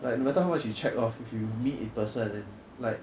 like no matter how much you check off if you meet in person then like